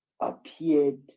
appeared